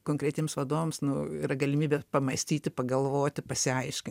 konkretiems vadovams nu yra galimybė pamąstyti pagalvoti pasiaiškint